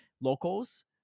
locals